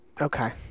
Okay